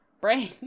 Brain